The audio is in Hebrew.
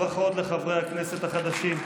ברכות לחברי הכנסת החדשים.